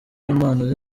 impano